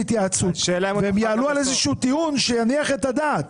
התייעצות והם יעלו על איזשהו טיעון שיניח את הדעת.